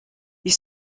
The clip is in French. ils